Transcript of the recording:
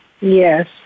Yes